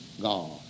God